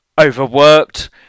overworked